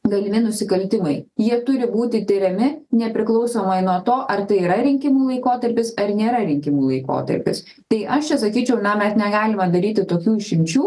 galimi nusikaltimai jie turi būti tiriami nepriklausomai nuo to ar tai yra rinkimų laikotarpis ar nėra rinkimų laikotarpis tai aš čia sakyčiau na mes negalime daryti tokių išimčių